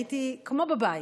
הייתי כמו בבית.